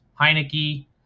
Heineke